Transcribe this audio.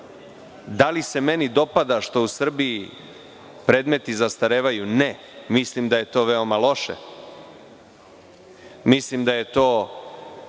da li se meni dopada što u Srbiji predmeti zastarevaju? Ne. Mislim da je to veoma loše. Mislim da je to,